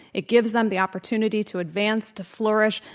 it gives them the opportunity to advance, to flourish,